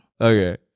Okay